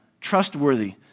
trustworthy